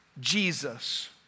Jesus